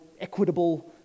equitable